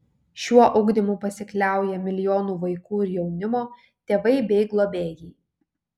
šiuo ugdymu pasikliauja milijonų vaikų ir jaunimo tėvai bei globėjai